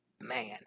Man